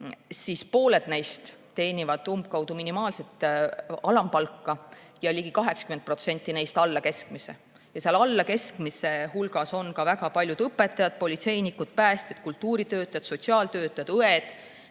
siis pooled neist teenivad umbkaudu alampalka ja ligi 80% neist alla keskmise. Alla keskmise teenijate hulgas on ka väga paljud õpetajad, politseinikud, päästjad, kultuuritöötajad, sotsiaaltöötajad, õed,